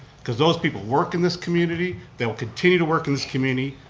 because those people work in this community, they'll continue to work in this community.